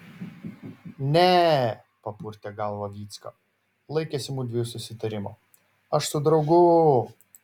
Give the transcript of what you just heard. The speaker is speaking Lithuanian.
ne e papurtė galvą vycka laikėsi mudviejų susitarimo aš su draugu